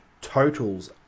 totals